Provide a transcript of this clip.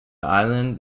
island